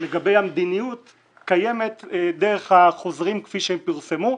לגבי המדיניות קיימת דרך החוזרים כפי שפרסמו.